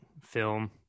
film